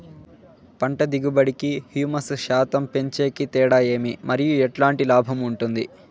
పంట దిగుబడి కి, హ్యూమస్ శాతం పెంచేకి తేడా ఏమి? మరియు ఎట్లాంటి లాభం ఉంటుంది?